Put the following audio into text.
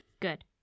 good